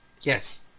Yes